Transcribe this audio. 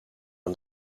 een